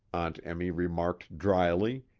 aunt emmy remarked dryly,